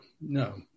no